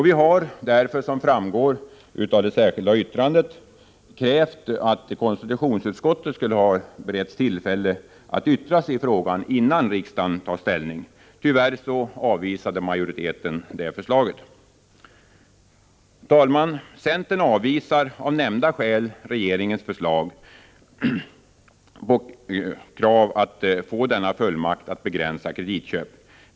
Vi har därför, som framgår av det särskilda yttrandet, krävt att konstitutionsutskottet skulle ha beretts tillfälle att yttra sig i frågan innan riksdagen tar ställning. Tyvärr avvisade majoriteten det förslaget. Herr talman! Centern avvisar av nämnda skäl regeringens krav att få denna fullmakt att begränsa kreditköp.